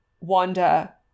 Wanda